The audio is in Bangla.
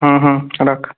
হুম হুম রাখ